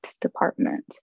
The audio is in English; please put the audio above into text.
department